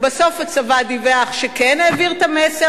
בסוף הצבא דיווח שכן העביר את המסר.